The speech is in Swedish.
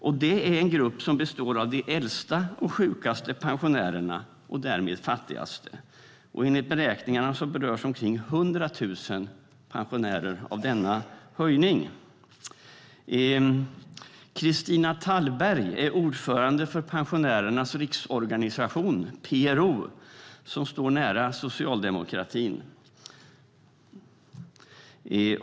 Och det är en grupp som består av de äldsta och sjukaste och därmed fattigaste pensionärerna. Enligt beräkningarna berörs omkring 100 000 pensionärer av denna höjning. Christina Tallberg är ordförande för Pensionärernas Riksorganisation, PRO, som står nära socialdemokratin.